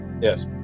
Yes